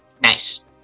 Nice